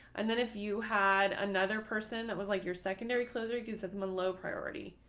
and then if you had another person that was like your secondary closer, you can set them a low priority.